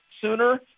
sooner